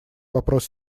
вопрос